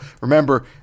Remember